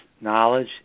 knowledge